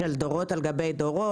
דורות על גבי דורות,